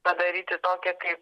padaryti tokią kaip